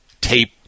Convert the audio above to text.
tape